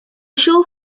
show